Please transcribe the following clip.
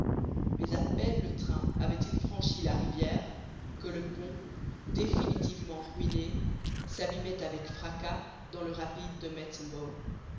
mais à peine le train avait-il franchi la rivière que le pont définitivement ruiné s'abîmait avec fracas dans le rapide de